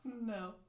No